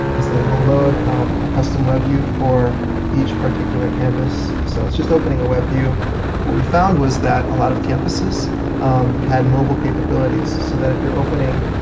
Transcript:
is that it will load a custom web view for each particular campus so it's just opening a web view. what we found was that a lot of campuses um had mobile capabilities, so that if you're opening